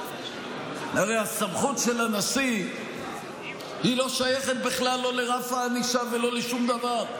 הרי הסמכות של הנשיא\ היא לא שייכת בכלל לא לרף הענישה ולא לשום דבר.